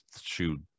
shoot